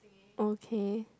okay